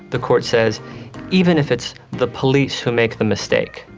the court says even if it's the police who make the mistake,